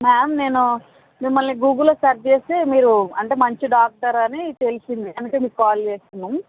ma'am నేను మిమ్మల్ని గూగుల్లో సెర్చ్ చేస్తే మీరు అంటే మంచి డాక్టర్ అని తెలిసింది అందుకని మీకు కాల్ చేస్తున్నాం